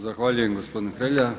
Zahvaljujem gospodine Hrelja.